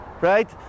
right